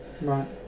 right